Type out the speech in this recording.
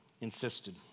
insisted